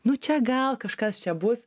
nu čia gal kažkas čia bus